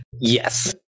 Yes